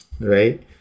right